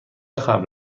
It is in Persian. قبل